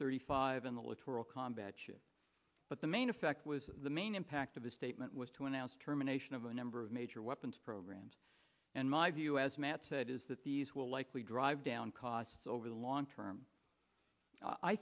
thirty five in the littoral combat ship but the main effect was the main impact of the statement was to announce terminations of a number of major weapons programs and my view as matt said is that these will likely drive down costs over the long term i